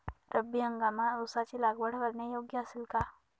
रब्बी हंगामात ऊसाची लागवड करणे योग्य असेल का?